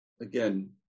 Again